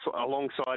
alongside